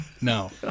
no